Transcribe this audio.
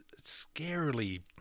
scarily